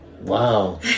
Wow